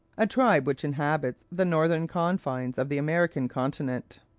a tribe which inhabits the northern confines of the american continent.